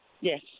Yes